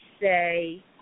say